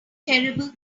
terrible